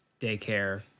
daycare